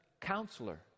counselor